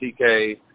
TK